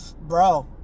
bro